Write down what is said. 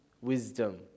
wisdom